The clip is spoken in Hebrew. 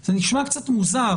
זה נשמע קצת מוזר,